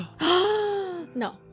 No